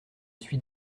suis